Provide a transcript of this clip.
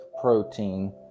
protein